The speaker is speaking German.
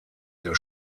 der